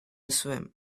swim